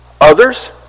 Others